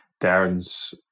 Darren's